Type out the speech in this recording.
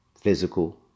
physical